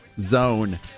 zone